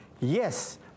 Yes